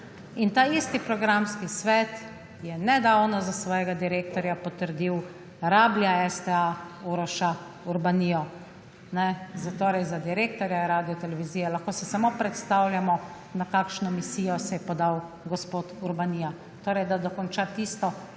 In ta isti programski svet je nedavno za svojega direktorja potrdil rablja STA Uroša Urbanijo. Torej za direktorja radiotelevizije. Lahko si samo predstavljamo, na kakšno misijo se je podal gospod Urbanija.